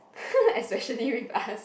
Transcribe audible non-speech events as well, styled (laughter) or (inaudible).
(laughs) especially with us